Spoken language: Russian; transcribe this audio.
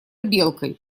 белкой